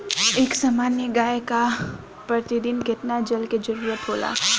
एक सामान्य गाय को प्रतिदिन कितना जल के जरुरत होला?